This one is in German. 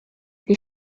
die